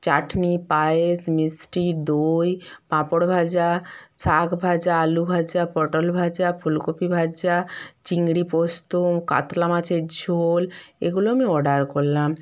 চাটনি পায়েস মিস্টি দই পাঁপড় ভাজা শাক ভাজা আলু ভাজা পটল ভাজা ফুলকপি ভাজা চিংড়ি পোস্ত কাতলা মাছের ঝোল এগুলো আমি অর্ডার করলাম